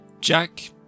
Jack